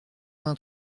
vingt